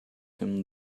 him